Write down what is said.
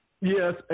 Yes